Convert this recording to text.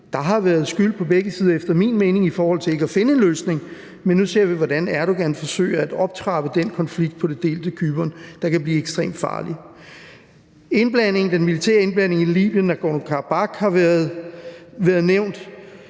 mening været skyld på begge sider i forhold til ikke at finde en løsning, men nu ser vi, hvordan Erdogan forsøger at optrappe den konflikt på det delte Cypern, og det kan blive ekstremt farligt. Den militære indblanding i Libyen og Nagorno-Karabakh har været nævnt,